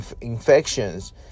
infections